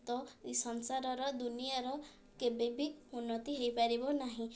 ତ ଏହି ସଂସାରର ଦୁନିଆର କେବେବି ଉନ୍ନତି ହୋଇପାରିବ ନାହିଁ